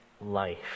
life